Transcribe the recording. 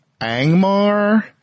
Angmar